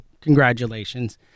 congratulations